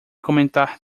comentar